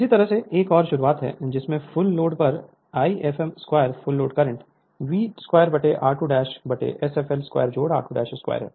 इसी तरह यह एक और शुरुआत है जिसमें फुल लोड पर I fl2 full load current V 2r2Sfl2 x 2 2 है